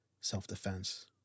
self-defense